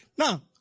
Now